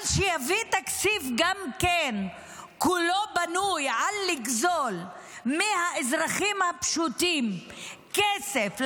אבל שגם יביא תקציב שכולו בנוי על לגזול מהאזרחים הפשוטים כסף,